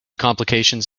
complications